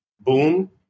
boom